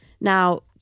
Now